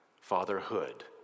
Fatherhood